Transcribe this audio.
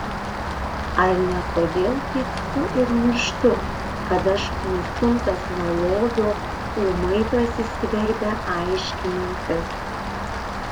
ar ne todėl pykstu ir nirštu kad aš nustumtas nuo lovio ūmai prasiskverbia aiški mintis